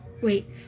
Wait